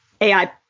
AI